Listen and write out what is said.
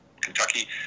Kentucky